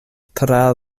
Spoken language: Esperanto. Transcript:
tra